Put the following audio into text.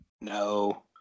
No